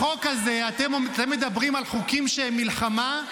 החוק הזה, אתם מדברים על חוקים שהם מלחמה?